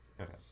Okay